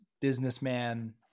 businessman